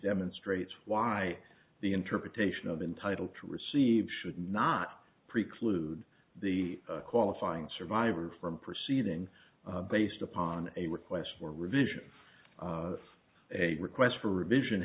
demonstrates why the interpretation of entitled to receive should not preclude the qualifying survivor from proceeding based upon a request for a revision of a request for revision